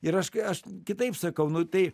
ir aš kai aš kitaip sakau nu tai